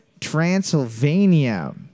Transylvania